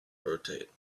rotate